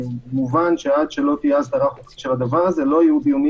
ומובן שעד שלא תהיה הסדרה של הדבר הזה לא יהיו דיונים